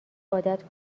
عادت